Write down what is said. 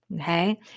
Okay